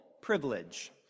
privilege